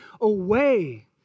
away